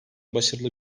başarılı